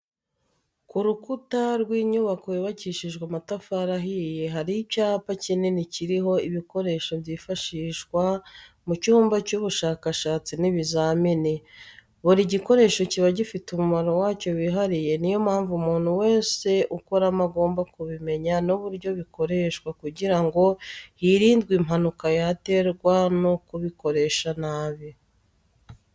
Ku rukukuta w'inyubako yubakishije amatafari ahiye hari icyapa kikini kiriho ibikoresho byifashishwa mu cyumba cy'ubushakashatsi n'ibizamini, buri gikoresho kiba gifite umumaro wacyo wihariye niyo mpamvu umuntu wese ukoramo agomba kubimenya n'uburyo bikoreshwa kugirango hirindwe impanuka yaterwa no kubikoresa nabi.